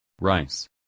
Rice